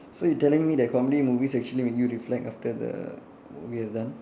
so you telling me that comedy movies actually make you reflect after the movie is done